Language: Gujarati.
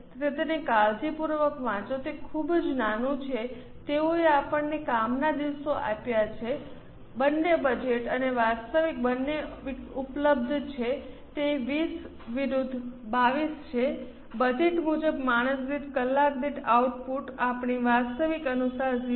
તેથી તેને કાળજીપૂર્વક વાંચો તે ખૂબ જ નાનું છે તેઓએ આપણને કામના દિવસો આપ્યા છે બંને બજેટ અને વાસ્તવિક બંને ઉપલબ્ધ છે તે 20 વિરુદ્ધ 22 છે બજેટ મુજબ માણસ દીઠ કલાક દીઠ આઉટપુટ આપણી વાસ્તવિક અનુસાર 0